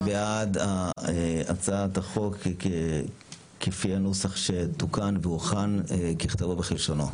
מי בעד הצעת החוק כפי הנוסח שתוקן והוכן ככתבו וכלשונו?